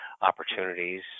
opportunities